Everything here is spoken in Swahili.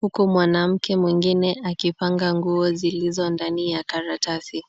huku mwanamke mwingine akipanga nguo zilizo ndani ya karatasi.